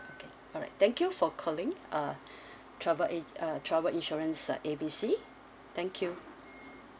okay alright thank you for calling uh travel ag~ uh travel insurance uh A B C thank you